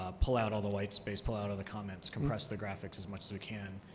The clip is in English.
ah pull out all the white space, pull out all the comments, compress the graphics as much as we can.